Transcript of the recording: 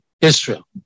Israel